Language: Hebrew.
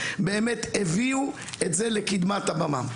באמת הביאו את זה לקדמת הבמה.